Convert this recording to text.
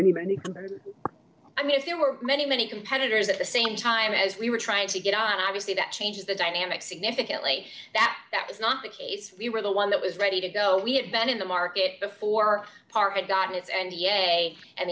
anybody i mean if there were many many competitors at the same time as we were trying to get on obviously that changes the dynamic significantly that that was not the case we were the one that was ready to go we had been in the market before it got its and